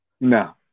no